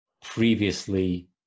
previously